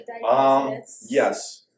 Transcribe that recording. Yes